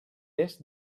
est